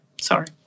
sorry